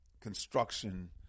construction